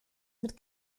mit